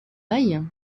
aille